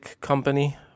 company